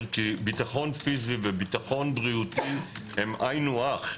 שביטחון פיזי וביטחון בריאותי הם היינו הך,